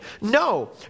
No